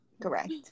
Correct